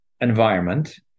environment